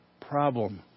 problem